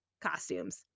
costumes